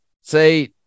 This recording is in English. say